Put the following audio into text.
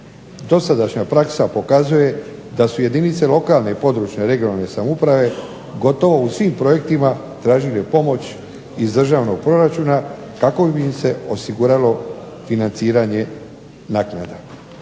Dosadašnja praksa pokazuje da su jedinice lokalne i područne (regionalne) samouprave gotovo u svim projektima tražile pomoć iz državnog proračuna kako bi im se osiguralo financiranje naknada.